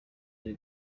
ari